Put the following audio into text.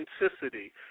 authenticity